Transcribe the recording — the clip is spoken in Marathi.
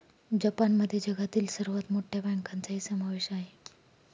जपानमध्ये जगातील सर्वात मोठ्या बँकांचाही समावेश आहे